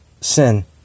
sin